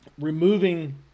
removing